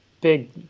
big